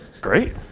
Great